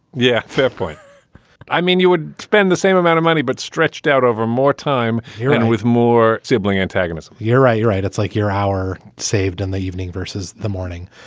yeah. fair point i mean you would spend the same amount of money but stretched out over more time here and with more sibling antagonists you're right. you're right. it's like your hour saved in the evening versus the morning.